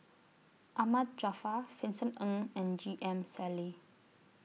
Ahmad Jaafar Vincent Ng and J M Sali